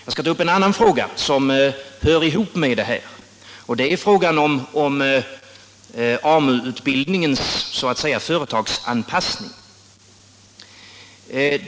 Jag skall ta upp en annan fråga som hör ihop med det här, och det är frågan om AMU-utbildningens företagsanpassning, så att säga.